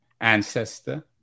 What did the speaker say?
ancestor